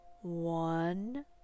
one